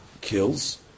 kills